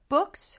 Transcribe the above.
Books